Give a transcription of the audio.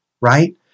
right